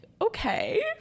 okay